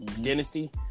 dynasty